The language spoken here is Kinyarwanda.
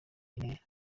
intere